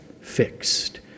fixed